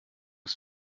ist